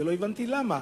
ולא הבנתי למה.